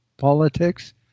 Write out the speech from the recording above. politics